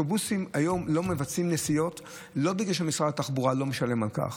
אוטובוסים היום לא מבצעים נסיעות לא בגלל שמשרד התחבורה לא משלם על כך,